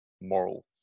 moral